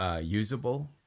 usable